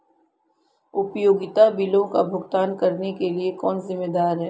उपयोगिता बिलों का भुगतान करने के लिए कौन जिम्मेदार है?